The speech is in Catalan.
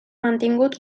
mantingut